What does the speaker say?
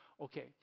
Okay